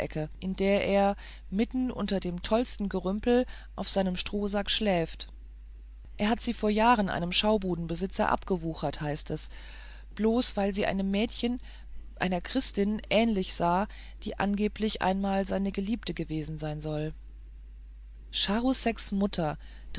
in der er mitten unter dem tollsten gerümpel auf seinem strohsack schläft er hat sie vor jahren einem schaubudenbesitzer abgewuchert heißt es bloß weil sie einem mädchen einer christin ähnlich sah die angeblich einmal seine geliebte gewesen sein soll charouseks mutter